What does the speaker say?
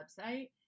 website